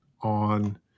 on